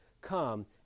come